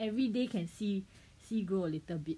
everyday can see see grow a little bit